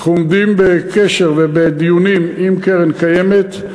אנחנו עומדים בקשר ובדיונים עם קרן-קיימת,